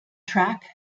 track